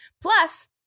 Plus